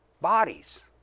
bodies